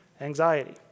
anxiety